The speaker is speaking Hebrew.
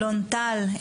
אלון טל,